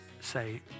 say